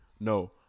No